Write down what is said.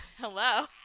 Hello